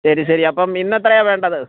ശരി ശരി അപ്പം ഇന്ന് എത്രയാ വേണ്ടത്